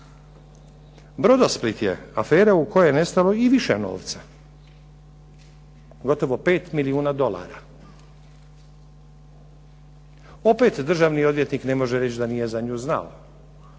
Brodosplit je afera u kojoj je nestalo i više novca, gotovo 5 milijuna dolara. Opet državni odvjetnik ne može reći da nije za nju znao,